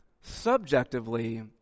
Subjectively